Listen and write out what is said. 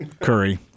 Curry